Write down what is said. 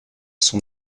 son